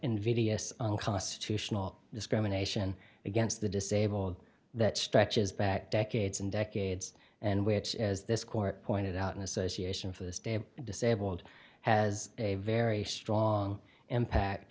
invidious unconstitutional discrimination against the disabled that stretches back decades and decades and which as this court pointed out an association for the disabled has a very strong impact